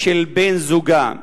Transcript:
של בן-זוגה.